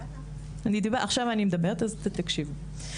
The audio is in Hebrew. עכשיו אני מדברת, אז תקשיבו.